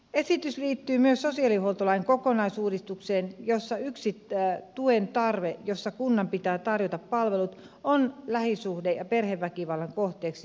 esitys liittyy myös sosiaalihuoltolain kokonaisuudistukseen jossa yksi tuen tarve johon kunnan pitää tarjota palvelut kohdistuu lähisuhde ja perheväkivallan kohteeksi joutuneisiin